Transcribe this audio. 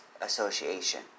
association